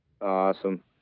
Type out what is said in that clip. Awesome